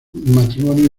matrimonio